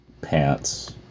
pants